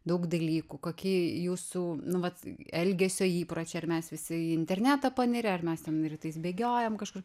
daug dalykų kokie jūsų nu vat elgesio įpročiai ir mes visi į internetą panirę ar mes ten rytais bėgiojam kažkur